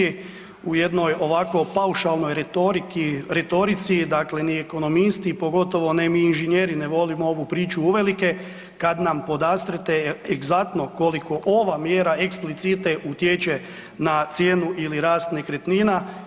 U jednoj ovako paušalnoj retoriki, retorici, dakle ni ekonomisti, pogotovo ne mi inženjeri ne volimo ovu priču uvelike kad nam podastrete egzaktno koliko ova mjera eksplicite utječe na cijenu ili rast nekretnina.